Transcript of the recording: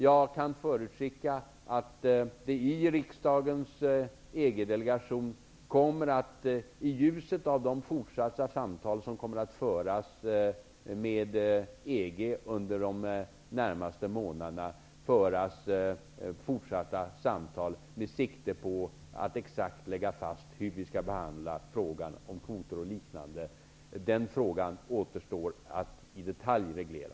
Jag kan förutskicka att det i riksdagens EG-delegation kommer att föras fortsatta samtal med sikte på att lägga fram exakt hur vi skall behandla frågan om kvoter och liknande. Detta görs i ljuset av de forsatta samtal som kommer att föras med EG under de närmaste månaderna. Den frågan återstår att i detalj reglera.